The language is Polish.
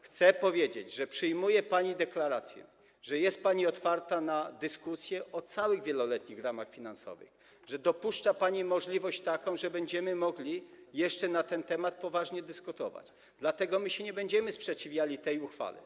Chcę powiedzieć, że przyjmuję pani deklarację, że jest pani otwarta na dyskusję o całych wieloletnich ramach finansowych, że dopuszcza pani taką możliwość, że będziemy mogli jeszcze na ten temat poważnie dyskutować, dlatego nie będziemy się sprzeciwiali tej uchwale.